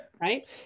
right